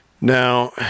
Now